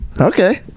okay